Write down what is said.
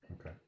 Okay